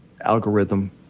algorithm